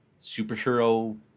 superhero